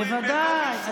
בוודאי.